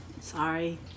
Sorry